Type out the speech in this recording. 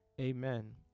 Amen